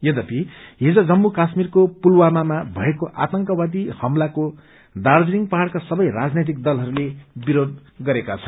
यद्यपि हिज जम्मू काश्मीरको पुलवामामा भएको आतंकवादी हमलाको दार्जीलिङ पहाड़का सबै राजनैतिक दलहरूले विरोध गरेका छन्